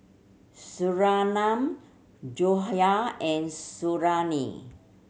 Surinam Joyah and Suriani